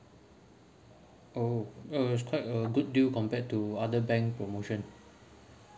oh uh it's quite a good deal compared to other bank promotion